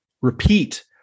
Repeat